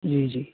जी जी